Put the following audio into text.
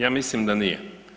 Ja mislim da nije.